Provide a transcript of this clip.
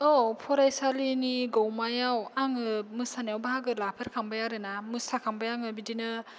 औ फरायसालिनि गौमायाव आङो मोसानायाव बाहागो लाफेरखांबाय आरोना मोसाखांबाय आङो बिदिनो